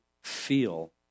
feel